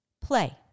Play